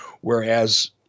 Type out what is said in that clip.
whereas